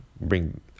bring